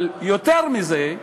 אבל יותר מזה,